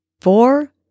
four